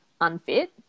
unfit